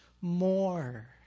more